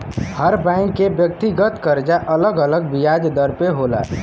हर bank के व्यक्तिगत करजा अलग अलग बियाज दर पे होला